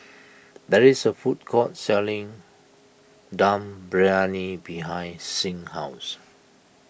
there is a food court selling Dum Briyani behind Signe's house